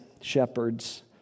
shepherds